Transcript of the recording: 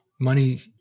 Money